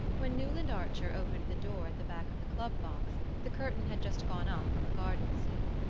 when newland archer opened the door at the back of the club box the curtain had just gone up on the garden scene.